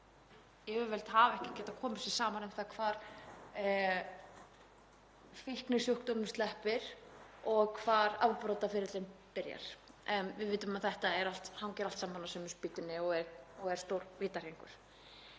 yfirvöld hafi ekki getað komið sér saman um það hvar fíknisjúkdómum sleppir og hvar afbrotaferillinn byrjar en við vitum að þetta hangir allt saman á sömu spýtunni og er stór vítahringur.